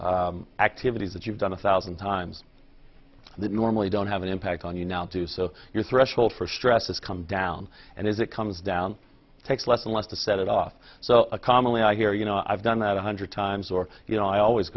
or activities that you've done a thousand times that normally don't have an impact on you now too so your threshold for stress has come down and as it comes down takes less and less to set it off so commonly i hear you know i've done that a hundred times or you know i always